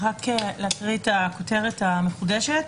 רק להקריא את הכותרת המחודשת.